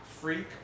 Freak